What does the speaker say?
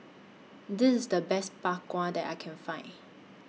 This IS The Best Bak Kwa that I Can Find